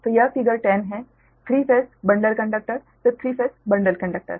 तो यह फिगर 10 है 3 phase bundle conductor 3 phase bundled conductor